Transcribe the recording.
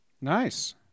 nice